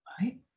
Right